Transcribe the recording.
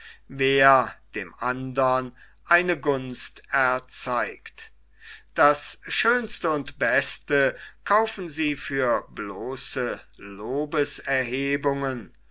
wer dem andern eine gunst erzeigt das schönste und beste kaufen sie für bloße